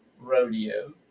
rodeo